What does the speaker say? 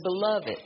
Beloved